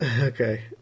Okay